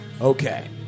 Okay